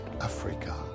Africa